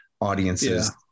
audience's